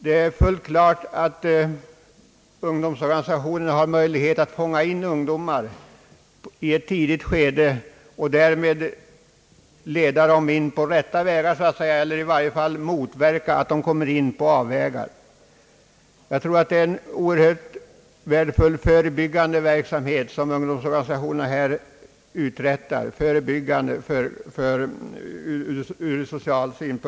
Det är fullt klart att ungdomsorganisationerna har möjlighet att i ett tidigt skede fånga in ungdomar och därmed leda dem in på rätta vägar eller i varje fall motverka att de kommer på avvägar. Ur social synvinkel är det en oerhört värdefull förebyggande verksamhet som ungdomsorganisationerna här uträttar.